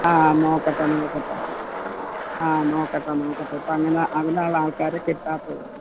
ആ നോക്കട്ടെ നോക്കട്ടെ ആ നോക്കട്ടെ നോക്കട്ടെ ഇപ്പോള് അങ്ങനെ അതിനാണ് ആൾക്കാരെ കിട്ടാത്തത്